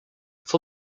for